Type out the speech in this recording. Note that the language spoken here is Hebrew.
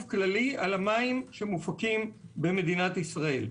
כללי על המים שמופקים במדינת ישראל.